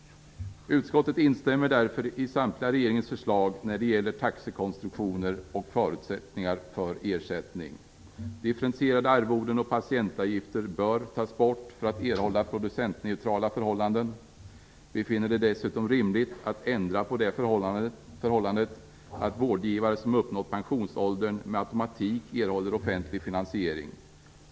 Utskottet instämmer därför i samtliga av regeringens förslag när det gäller taxekonstruktioner och förutsättningar för ersättning. Differentierade arvoden och patientavgifter bör tas bort för att erhålla producentneutrala förhållanden. Vi finner det dessutom rimligt att ändra på förhållandet, att vårdgivare som uppnått pensionsålder med automatik erhåller offentlig finansiering.